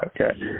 Okay